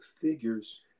figures